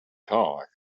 talk